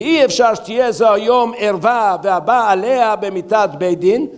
אי אפשר שתהיה זו היום ערווה והבא עליה במיתת בית דין.